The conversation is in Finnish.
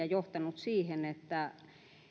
johtanut siihen että